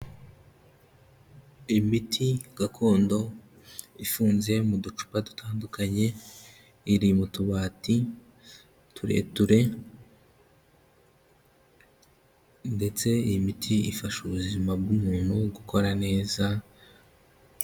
Imiti gakondo ifunze mu ducupa dutandukanye, iri mu tubati tureture ndetse iyi miti ifasha ubuzima bw'umuntu gukora neza.